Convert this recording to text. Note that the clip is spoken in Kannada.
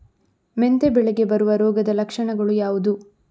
ಮೆಂತೆ ಬೆಳೆಗೆ ಬರುವ ರೋಗದ ಲಕ್ಷಣಗಳು ಯಾವುದು?